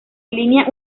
línea